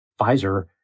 Pfizer